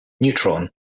Neutron